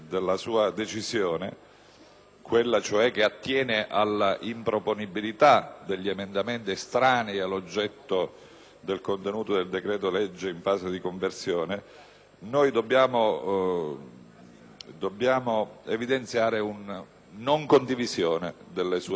quella cioè che attiene all'improponibilità degli emendamenti estranei all'oggetto del contenuto del decreto-legge in fase di conversione, dobbiamo evidenziare una non condivisione. Lei ha assunto